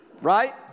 right